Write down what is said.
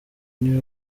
niwe